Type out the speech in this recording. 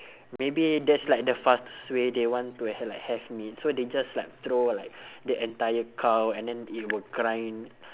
maybe that's like the fastest way they want to have like have meat so they just like throw like the entire cow and then it will grind